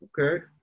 Okay